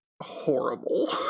horrible